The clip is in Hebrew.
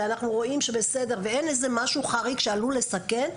ואנחנו רואים שזה בסדר ואין איזה משהו חריג שעלול לסכן,